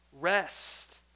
rest